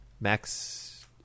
Max